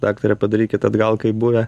daktare padarykit atgal kaip buvę